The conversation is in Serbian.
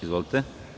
Izvolite.